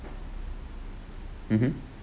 mmhmm